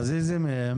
איזה מצגת?